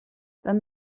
tant